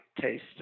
taste